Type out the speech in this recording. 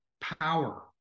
power